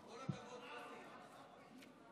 כל הכבוד, פטין.